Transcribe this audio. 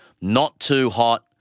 not-too-hot